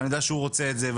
ואני יודע שהוא רוצה את זה,